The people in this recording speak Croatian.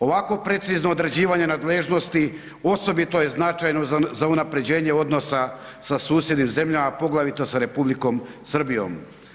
Ovako precizno određivanje nadležnosti osobito je značajno za unapređenje odnosa sa susjednim zemljama, a poglavito sa Republikom Srbijom.